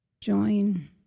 join